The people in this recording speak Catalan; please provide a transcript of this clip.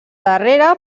darrera